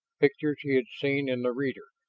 pictures he had seen in the reader.